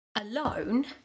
alone